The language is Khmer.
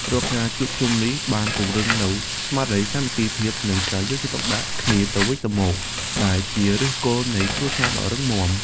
រាល់ការជួបជុំគ្នានេះបានពង្រឹងនូវស្មារតីសាមគ្គីភាព និងការយកចិត្តទុកដាក់គ្នាទៅវិញទៅមក ដែលជាឫសគល់នៃគ្រួសារដ៏រឹងមាំ។